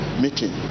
meeting